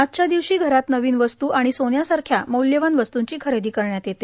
आजच्या दिवशी घरात नवीन वस्तू आणि सोन्यासारख्या मौल्यवान वस्तूंची खरेदी करण्यात येते